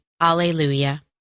Alleluia